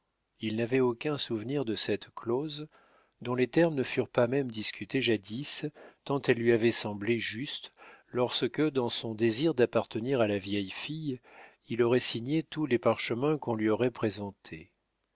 il n'avait aucun souvenir de cette clause dont les termes ne furent pas même discutés jadis tant elle lui avait semblé juste lorsque dans son désir d'appartenir à la vieille fille il aurait signé tous les parchemins qu'on lui aurait présentés